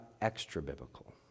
extra-biblical